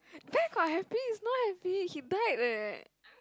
where got happy it's not happy he died eh